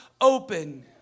open